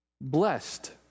Blessed